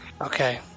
Okay